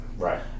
Right